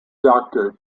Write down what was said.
doctor